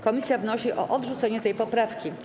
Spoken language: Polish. Komisja wnosi o odrzucenie tej poprawki.